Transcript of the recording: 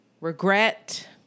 regret